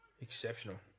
Exceptional